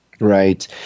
Right